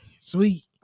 sweet